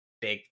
big